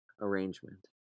Arrangement